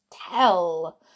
tell